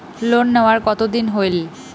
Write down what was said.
Loan নেওয়ার কতদিন হইল?